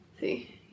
see